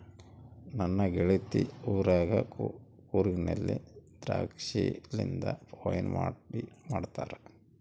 ನನ್ನ ಗೆಳತಿ ಊರಗ ಕೂರ್ಗಿನಲ್ಲಿ ದ್ರಾಕ್ಷಿಲಿಂದ ವೈನ್ ಮಾಡಿ ಮಾಡ್ತಾರ